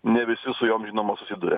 ne visi su jom žinoma susiduria